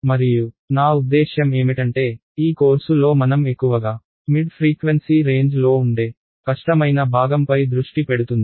మరియు నా ఉద్దేశ్యం ఏమిటంటే ఈ కోర్సు లో మనం ఎక్కువగా మిడ్ ఫ్రీక్వెన్సీ రేంజ్లో ఉండే కష్టమైన భాగంపై దృష్టి పెడుతుంది